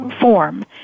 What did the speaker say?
form